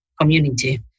community